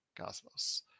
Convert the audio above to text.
Cosmos